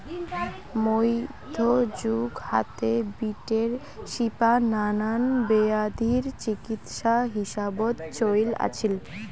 মইধ্যযুগ হাতে, বিটের শিপা নানান বেয়াধির চিকিৎসা হিসাবত চইল আছিল